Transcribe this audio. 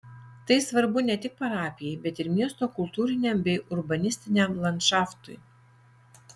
tai svarbu ne tik parapijai bet ir miesto kultūriniam bei urbanistiniam landšaftui